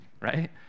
right